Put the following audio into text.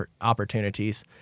opportunities